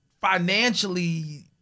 financially